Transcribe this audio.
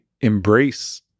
embrace